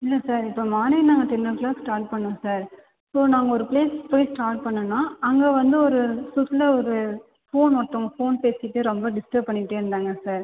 இல்லை சார் இப்போ மார்னிங் நாங்கள் டென் ஓ கிளாக் ஸ்டார்ட் பண்ணோம் சார் ஸோ நாங்கள் ஒரு ப்ளேஸுக்கு போய் ஸ்டார்ட் பண்ணோம்ன்னா அங்கே வந்து ஒரு ஒரு ஃபோன் ஒருத்தங்க ஃபோன் பேசிக்கிட்டு ரொம்ப டிஸ்டப் பண்ணிக்கிட்டே இருந்தாங்க சார்